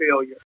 failure